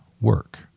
work